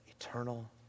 eternal